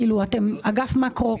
אתם אגף מאקרו,